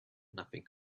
nothing